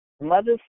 mothers